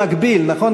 במקביל, נכון.